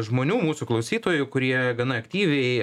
žmonių mūsų klausytojų kurie gana aktyviai